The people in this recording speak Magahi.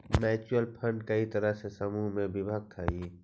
म्यूच्यूअल फंड कई तरह के समूह में विभक्त हई